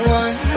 one